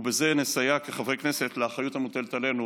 ובזה נסייע כחברי כנסת לאחריות המוטלת עלינו